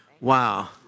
Wow